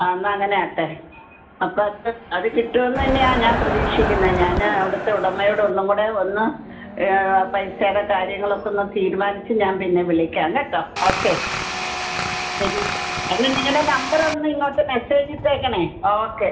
ആ എന്നാൽ അങ്ങനെ ആകട്ടെ അപ്പോൾ അത് അത് കിട്ടൂമെന്ന് തന്നെയാണ് ഞാൻ പ്രതീക്ഷിക്കുന്നത് ഞാൻ അവിടുത്തെ ഉടമയോടൊന്നും കൂടെ ഒന്ന് പൈസയുടെ കാര്യങ്ങളൊക്കെ ഒന്ന് തീരുമാനിച്ച് ഞാൻ പിന്നെ വിളിക്കാം കേട്ടോ ഓക്കെ ശരി അല്ല നിങ്ങളുടെ നമ്പറിൽ നിന്ന് ഒന്നിങ്ങോട്ട് മെസ്സേജ് ഈട്ടേക്കണം ഓക്കെ